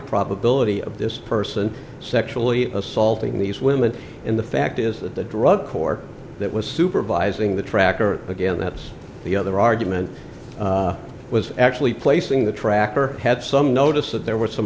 probability of this person sexually assaulting these women in the fact is that the drug court that was supervising the tracker again that's the other argument was actually placing the tracker had some notice that there were some